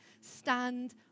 stand